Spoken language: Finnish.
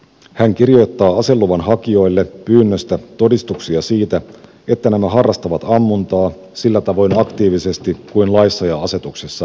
hän kirjoittaa aseluvan hakijoille pyynnöstä todistuksia siitä että nämä harrastavat ammuntaa sillä tavoin aktiivisesti kuin laissa ja asetuksissa määritellään